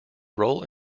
role